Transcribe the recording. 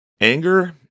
Anger